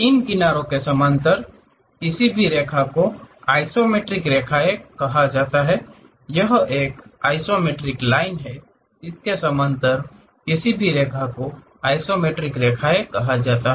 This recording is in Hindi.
इन किनारों के समानांतर किसी भी रेखा को आइसोमेट्रिक रेखाएं कहा जाता है यह एक आइसोमेट्रिक लाइन है इसके समांतर किसी भी रेखा को आइसोमेट्रिक रेखाएँ कहा जाता हैं